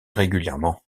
régulièrement